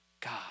God